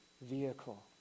vehicle